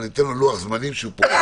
אבל ניתן לו לוח זמנים שהוא פועל.